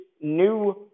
new